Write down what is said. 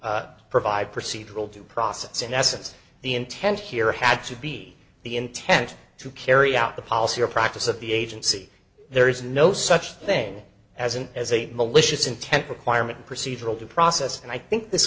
to provide procedural due process in essence the intent here had to be the intent to carry out the policy or practice of the agency there is no such thing as an as a malicious intent requirement procedural due process and i think this